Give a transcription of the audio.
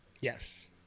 Yes